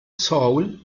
soul